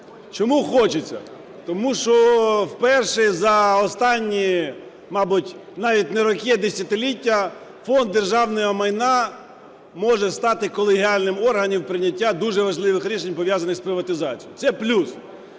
Чому хочеться? Тому що вперше за останні, мабуть, навіть не роки, а десятиліття Фонд державного майна може стати колегіальним органом прийняття дуже важливих рішень, пов'язаних з приватизацією – це плюс,